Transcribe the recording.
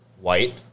white